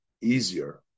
easier